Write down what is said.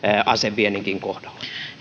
asevienninkin kohdalla